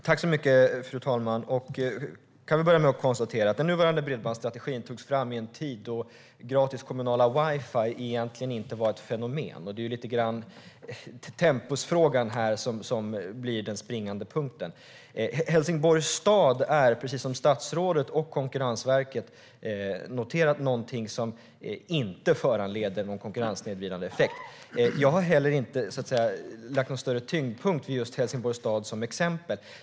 Fru talman! Jag kan börja med att konstatera att den nuvarande bredbandsstrategin togs fram i en tid då gratis kommunala wifi-nät egentligen inte var ett fenomen. Det är lite grann tempusfrågan som här blir den springande punkten. Helsingborgs stad agerande är, precis som statsrådet och Konkurrensverket noterat, inte något som föranleder en konkurrenssnedvridande effekt. Jag har heller inte lagt någon större tyngdpunkt vid Helsingborgs stad som exempel.